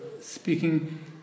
speaking